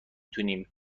تونیم